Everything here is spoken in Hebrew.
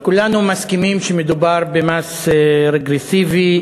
כולנו מסכימים שמדובר במס רגרסיבי,